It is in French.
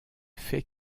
fait